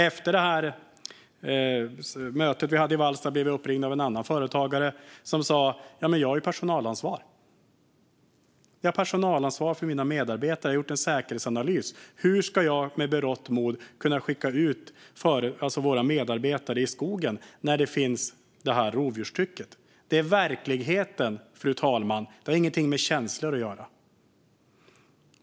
Efter mötet vi hade i Vallsta blev jag uppringd av en annan företagare, som sa: Jag har personalansvar för mina medarbetare. Jag har gjort en säkerhetsanalys. Hur ska jag med berått mod kunna skicka ut våra medarbetare i skogen när det finns det här rovdjurstrycket? Fru talman! Det är verkligheten. Det har ingenting med känslor att göra.